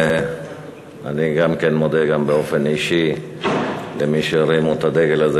אני גם מודה באופן אישי למי שהרימו את הדגל הזה,